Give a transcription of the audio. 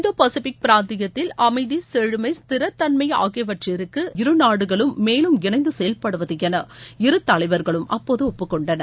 இந்தோ Pacific பிராந்தியத்தில் அமைதி செழுமை ஸ்திரத்தன்மை ஆகியவற்றிற்கு இரு நாடுகளும் மேலும் இணைந்து செயல்படுவது என இரு தலைவர்களும் அப்போது ஒப்புக்கொண்டனர்